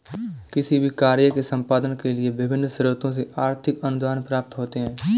किसी भी कार्य के संपादन के लिए विभिन्न स्रोतों से आर्थिक अनुदान प्राप्त होते हैं